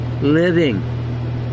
living